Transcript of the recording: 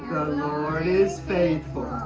lord is faithful.